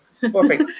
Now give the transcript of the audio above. perfect